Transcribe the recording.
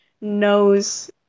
knows